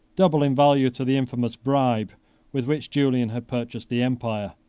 double in value to the infamous bribe with which julian had purchased the empire.